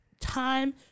time